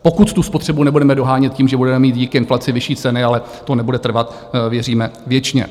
Pokud tu spotřebu nebudeme dohánět tím, že budeme mít díky inflaci vyšší ceny, ale to nebude trvat, věříme, věčně.